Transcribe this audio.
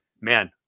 man